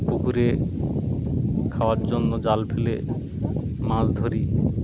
পুকুরে খাওয়ার জন্য জাল ফেলে মাছ ধরি